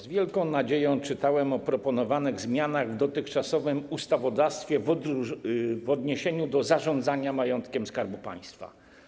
Z wielką nadzieją czytałem o proponowanych zmianach w dotychczasowym ustawodawstwie w odniesieniu do zarządzania majątkiem Skarbu Państwa.